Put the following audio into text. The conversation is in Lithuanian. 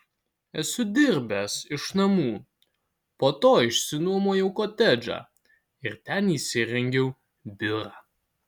esu dirbęs iš namų po to išsinuomojau kotedžą ir ten įsirengiau biurą